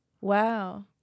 Wow